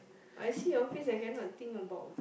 I see your face I cannot think about